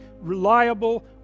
reliable